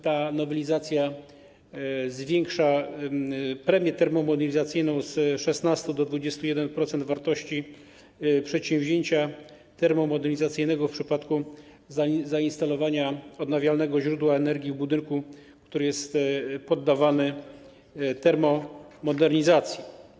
Ta nowelizacja również zwiększa premię termomodernizacyjną z 16% do 21% wartości przedsięwzięcia termomodernizacyjnego w przypadku zainstalowania odnawialnego źródła energii w budynku, który jest poddawany termomodernizacji.